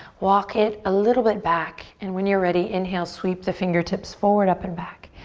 walk it a little bit back and when you're ready, inhale, sweep the fingertips forward, up and back.